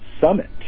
Summit